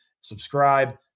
Subscribe